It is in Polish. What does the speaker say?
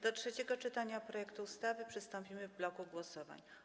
Do trzeciego czytania projektu ustawy przystąpimy w bloku głosowań.